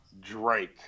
Drake